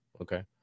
okay